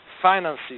finances